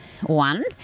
one